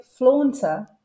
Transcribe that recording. flaunter